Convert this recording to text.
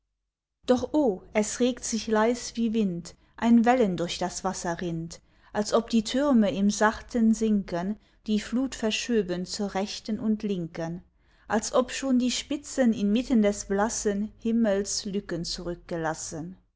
doch o es regt sich leis wie wind ein wellen durch das wasser rinnt als ob die türme im sachten sinken die flut verschöben zur rechten und linken als ob schon die spitzen inmitten des blassen himmels lücken zurückgelassen